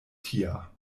tia